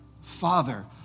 father